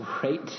great